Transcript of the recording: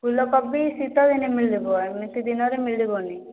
ଫୁଲକୋବି ଶୀତ ଦିନେ ମିଳିବ ଏମିତି ଦିନରେ ମିଳିବନାହିଁ